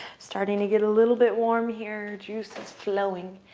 starting to get a little bit warm here, juices flowing.